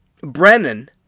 Brennan